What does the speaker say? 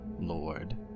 Lord